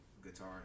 guitar